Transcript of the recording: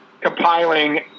compiling